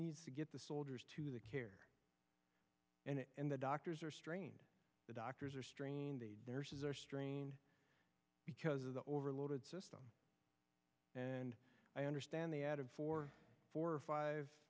needs to get the soldiers to the care and the doctors are strained the doctors are strained the nurses are strained because of the overloaded system and i understand they added four four or five